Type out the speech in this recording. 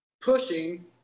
pushing